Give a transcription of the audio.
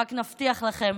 ורק נבטיח לכם,